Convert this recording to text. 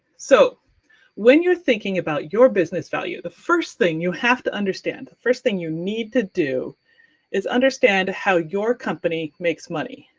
sow when you're thinking about your business value, the first thing you have to understand, the first thing you need to do is understand how your company makes money.